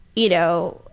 you know,